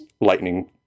lightning